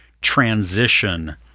transition